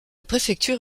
préfecture